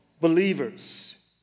believers